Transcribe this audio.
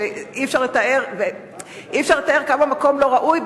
שאי-אפשר לתאר כמה המקום לא ראוי,